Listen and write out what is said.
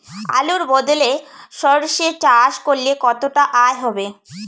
আলুর বদলে সরষে চাষ করলে কতটা আয় হবে?